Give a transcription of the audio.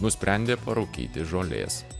nusprendė parūkyti žolės